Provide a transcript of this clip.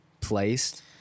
placed